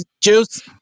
juice